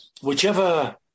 whichever